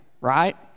right